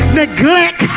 neglect